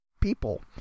people